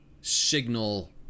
signal